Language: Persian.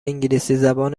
انگلیسیزبان